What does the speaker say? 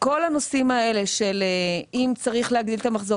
כל הנושאים האלה של אם צריך להגדיל את המחזור